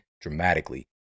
dramatically